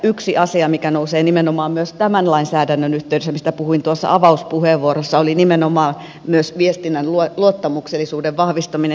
yksi asia joka nousee nimenomaan tämän lainsäädännön yhteydestä ja josta puhuin tuossa avauspuheenvuorossa oli nimenomaan myös viestinnän luottamuksellisuuden vahvistaminen